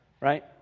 right